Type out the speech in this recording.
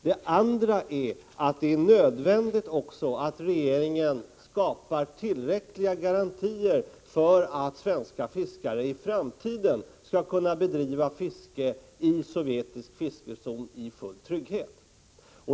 Det är dessutom nödvändigt att regeringen skapar tillräckliga garantier för att svenska fiskare i framtiden skall kunna bedriva fiske i sovjetisk fiskezon i full trygghet.